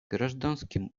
гражданским